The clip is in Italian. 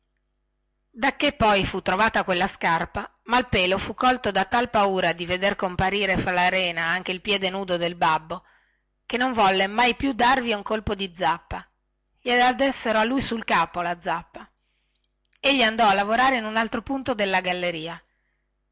dallaltra dacchè poi fu trovata quella scarpa malpelo fu colto da tal paura di veder comparire fra la rena anche il piede nudo del babbo che non volle mai più darvi un colpo di zappa gliela dessero a lui sul capo la zappa egli andò a lavorare in un altro punto della galleria